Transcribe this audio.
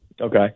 Okay